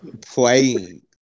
playing